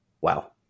Wow